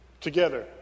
Together